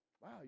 wow